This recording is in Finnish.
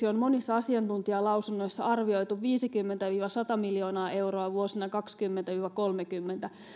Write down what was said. on monissa asiantuntijalausunnoissa arvioitu viisikymmentä viiva sata miljoonaa euroa vuosina kaksikymmentä viiva kolmekymmentä